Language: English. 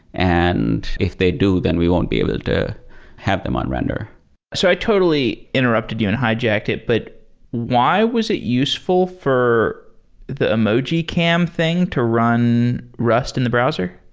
and if they do, then we won't be able to have them on render so i totally interrupted you and hijacked it, but why was it useful for the emoji cam thing to run rust in the browser?